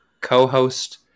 co-host